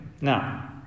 Now